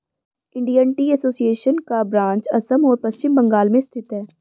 Indian Tea Association का branch Assam और पश्चिम बंगाल में स्थित है